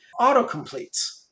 autocompletes